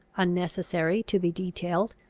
unnecessary to be detailed,